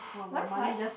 one five